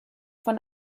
von